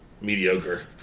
mediocre